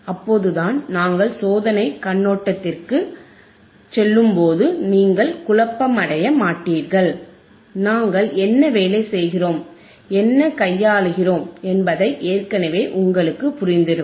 அப்போது தான் நாங்கள் சோதனைக் கண்ணோட்டத்திற்குச் செல்லும்போது நீங்கள் குழப்பமடைய மாட்டீர்கள் நாங்கள் என்ன வேலை செய்கிறோம் என்ன கையாள்கிறோம் என்பதை ஏற்கனவே உங்களுக்கு புரிந்திருக்கும்